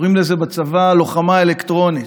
קוראים לזה בצבא "לוחמה אלקטרונית"